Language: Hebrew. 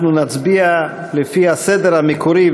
אנחנו נצביע לפי הסדר המקורי,